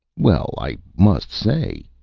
well, i must say,